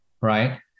right